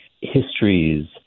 histories